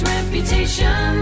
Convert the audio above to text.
Reputation